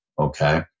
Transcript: okay